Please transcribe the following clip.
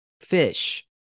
fish